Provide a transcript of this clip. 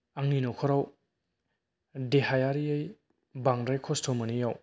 आंनि नखराव देहायारियै बांद्राय कस्त' मोनियाव